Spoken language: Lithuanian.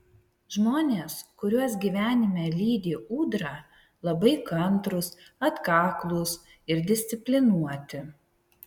žmonės kuriuos gyvenime lydi ūdra labai kantrūs atkaklūs ir disciplinuoti